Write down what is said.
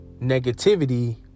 negativity